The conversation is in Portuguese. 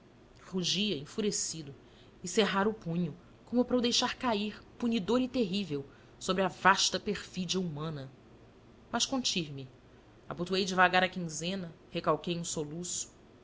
rugia enfurecido e cerrara o punho como para o deixar cair punidor e terrível sobre a vasta perfídia humana mas contive-me abotoei devagar a quinzena recalquei um soluço